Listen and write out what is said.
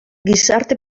gizarte